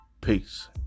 peace